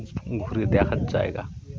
ঘুরে দেখার জায়গা